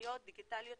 במיומנויות דיגיטליות